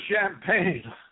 champagne